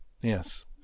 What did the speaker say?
Yes